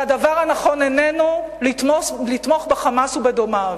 והדבר הנכון איננו לתמוך ב"חמאס" ובדומיו.